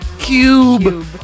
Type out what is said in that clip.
Cube